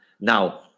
Now